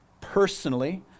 personally